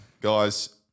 guys